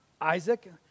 Isaac